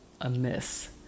amiss